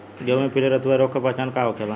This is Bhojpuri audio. गेहूँ में पिले रतुआ रोग के पहचान का होखेला?